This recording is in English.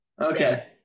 Okay